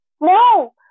No